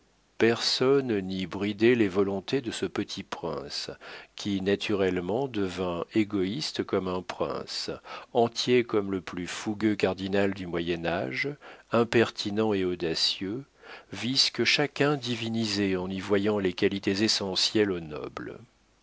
personne n'y bridait les volontés de ce petit prince qui naturellement devint égoïste comme un prince entier comme le plus fougueux cardinal du moyen-âge impertinent et audacieux vices que chacun divinisait en y voyant les qualités essentielles au noble